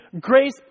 Grace